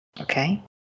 Okay